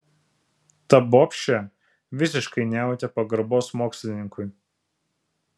ta bobšė visiškai nejautė pagarbos mokslininkui